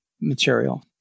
material